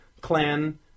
clan